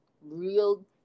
real